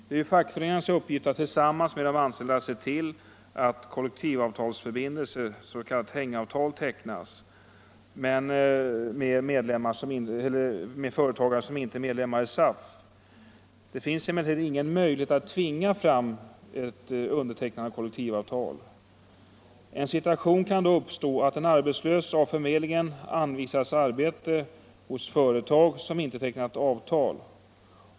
Det är fackföreningarnas uppgift att tillsammans med de anställda se till att kollektivavtalsförbindelse, s.k. hängavtal, tecknas med företagare som inte är medlemmar i SAF. Det finns emellertid ingen möjlighet att tvinga fram ett undertecknande. Situationen kan då uppstå att en arbetslös av arbetsförmedlingen anvisas arbete hos ett företag som inte har tecknat avtal.